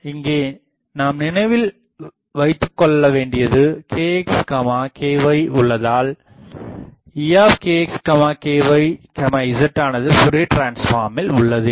இங்கே நாம் நினைவில்வைத்துக் கொள்ள வேண்டியது kx ky உள்ளதால் Ekx ky zஆனது ஃப்போரியர் டிரான்ஸ்ஃபார்மில் உள்ளது என